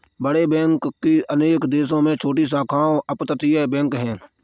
बड़े बैंक की अनेक देशों में छोटी शाखाओं अपतटीय बैंक है